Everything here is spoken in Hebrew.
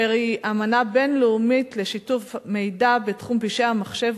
אשר היא אמנה בין-לאומית לשיתוף מידע בתחום פשעי המחשב,